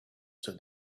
said